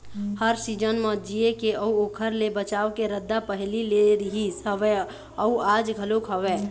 हर season म जीए के अउ ओखर ले बचाव के रद्दा पहिली ले रिहिस हवय अउ आज घलोक हवय